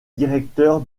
directeur